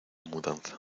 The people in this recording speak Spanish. mudanza